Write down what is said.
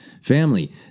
family